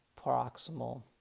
proximal